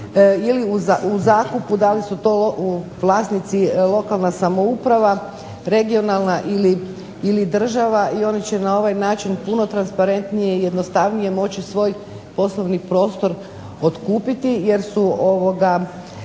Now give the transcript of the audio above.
ili u zakupu, da li su to vlasnici lokalna samouprava, regionalna ili država i oni će na ovaj način puno transparentnije i jednostavnije moći svoj poslovni prostor otkupiti jer su ovim